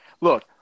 Look